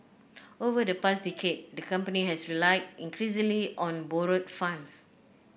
over the past decade the company has relied increasingly on borrowed funds